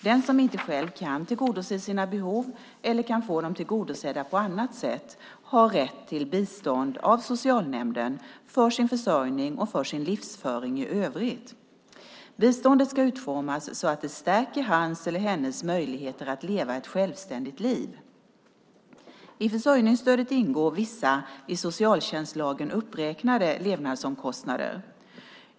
Den som inte själv kan tillgodose sina behov eller kan få dem tillgodosedda på annat sätt har rätt till bistånd av socialnämnden för sin försörjning och för sin livsföring i övrigt. Biståndet ska utformas så att det stärker hans eller hennes möjligheter att leva ett självständigt liv. I försörjningsstödet ingår vissa i socialtjänstlagen uppräknade levnadsomkostnader.